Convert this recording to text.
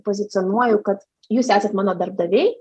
pozicionuoju kad jūs esat mano darbdaviai